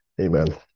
Amen